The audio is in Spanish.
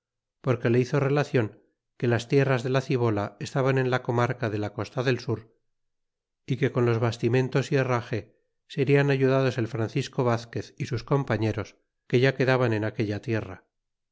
porque le hizo relacion que las tierras de la cibola estaban en la comarca de la costa del sur y que con los bastimentos y herraje serian ayudados el francisco vazquez y sus compañeros que ya quedaban en aquella tierra